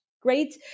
great